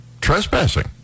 trespassing